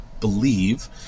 believe